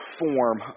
form